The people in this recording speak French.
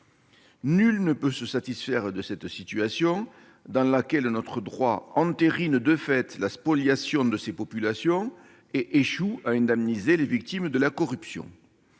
Nul ne peut se satisfaire de cette situation, dans laquelle notre droit entérine de fait la spoliation de ces populations et échoue à indemniser les victimes de la corruption.